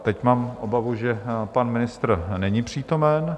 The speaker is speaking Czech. Teď mám obavu, že pan ministr není přítomen.